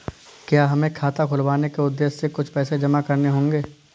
क्या हमें खाता खुलवाने के उद्देश्य से कुछ पैसे जमा करने होंगे?